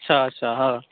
अच्छा अच्छा हँ